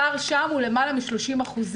הפער שם הוא למעלה מ-30%.